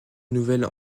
nouvel